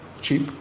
Cheap